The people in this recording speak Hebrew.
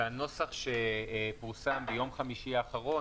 והנוסח שפורסם ביום חמישי האחרון,